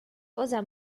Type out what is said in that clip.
poza